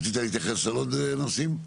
רצית להתייחס לעוד נושאים?